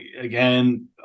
again